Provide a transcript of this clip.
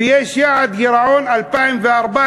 ויש יעד גירעון ל-2014,